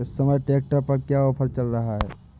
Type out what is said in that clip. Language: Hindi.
इस समय ट्रैक्टर पर क्या ऑफर चल रहा है?